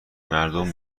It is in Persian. مردم